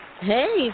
Hey